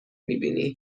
میبینی